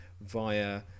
via